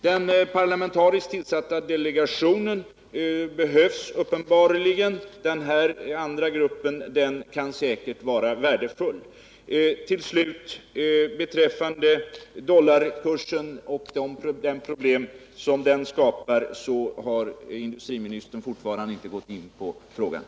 Den parlamentariskt tillsatta delegationen behövs uppenbarligen, men även den andra gruppen kan säkert vara värdefull. Till slut: Industriministern har fortfarande inte gått in på frågan om dollarkursen och de problem som den skapar.